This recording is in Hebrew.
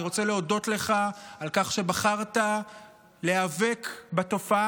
אני רוצה להודות לך על כך שבחרת להיאבק בתופעה